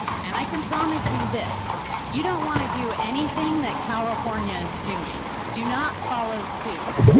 and i can promise you this you don't want to do anything that california is doing. do not follow suit.